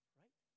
right